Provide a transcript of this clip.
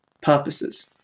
purposes